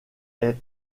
est